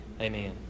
Amen